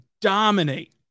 dominate